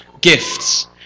gifts